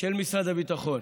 ושל משרד הביטחון